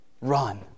run